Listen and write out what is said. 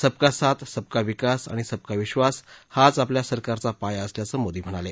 सबका साथ सबका विकास आणि सबका विश्वास हाच आपल्या सरकारचा पाया असल्याचं मोदी म्हणाले